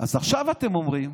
אז עכשיו אתם אומרים,